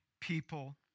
people